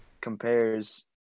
Compares